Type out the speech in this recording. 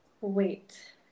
wait